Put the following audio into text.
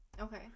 Okay